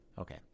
okay